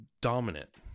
dominant